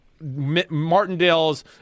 Martindale's